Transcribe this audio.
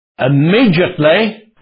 immediately